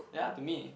ya to me